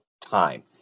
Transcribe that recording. time